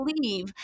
believe